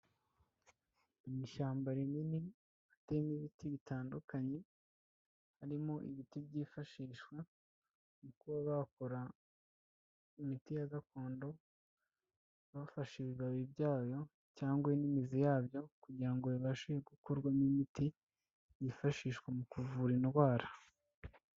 Mu ishyamba rinini hatemo ibiti bitandukanye, harimo ibiti byifashishwa mu kuba bakora imiti ya gakondo, bafashe ibibabi byayo cyangwa n'imizi yabyo kugira ngo bibashe gukorwamo imiti yifashishwa mu kuvura indwara.